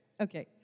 Okay